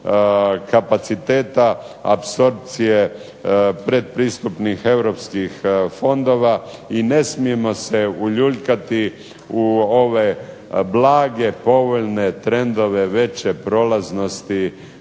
kapaciteta apsorpcije pretpristupnih europskih fondova i ne smijemo se uljuljkati u ove blage, povoljne trendove veće prolaznosti